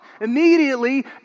immediately